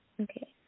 Okay